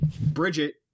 Bridget